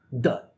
Done